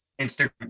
Instagram